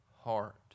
heart